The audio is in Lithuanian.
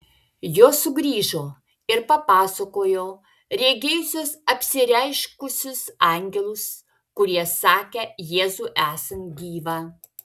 jos sugrįžo ir papasakojo regėjusios apsireiškusius angelus kurie sakę jėzų esant gyvą